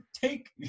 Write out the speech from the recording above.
take